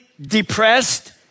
depressed